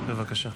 בבקשה.